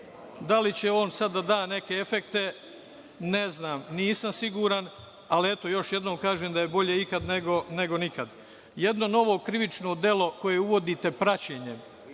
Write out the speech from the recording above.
Da li će on sad da da neke efekte, ne znam, nisam siguran. Ali, eto, još jednom kažem da je bolje ikad nego nikad. Jedno novo krivično delo koje uvodite praćenjem,